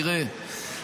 תראה,